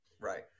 Right